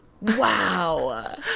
Wow